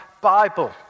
Bible